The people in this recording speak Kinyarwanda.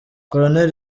colonel